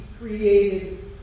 created